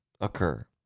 occur